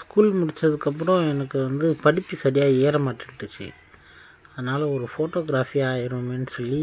school முடித்ததுக்கு அப்புறம் எனக்கு வந்து படிப்பு சரியாக ஏற மாட்டேன்டுச்சி அதனால ஒரு ஃபோட்டோகிராபி ஆகிருவோமேன்னு சொல்லி